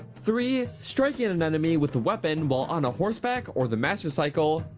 three, striking an enemy with a weapon while on horseback or the master cycle,